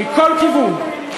מכל כיוון,